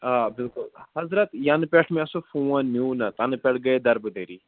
آ بِلکُل حضرت ینہٕ پٮ۪ٹھ مےٚ سُہ فون نیوٗ نا تَنہٕ پٮ۪ٹھ گٔے دربٕدٔری